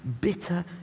bitter